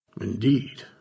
Indeed